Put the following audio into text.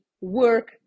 work